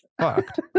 fucked